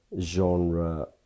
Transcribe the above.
genre